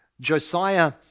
Josiah